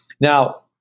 Now